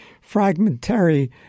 fragmentary